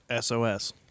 SOS